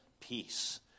peace